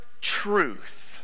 truth